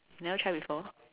never try before